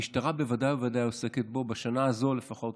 המשטרה בוודאי ובוודאי עוסקת בו, ובשנה הזאת לפחות